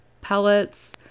pellets